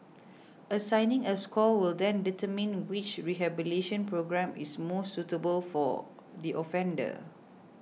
assigning a score will then determine which rehabilitation programme is most suitable for the offender